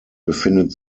befindet